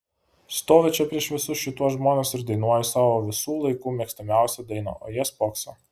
stoviu čia prieš visus šituos žmones ir dainuoju savo visų laikų mėgstamiausią dainą o jie spokso